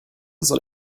soll